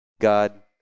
God